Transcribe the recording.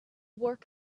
work